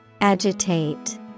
Agitate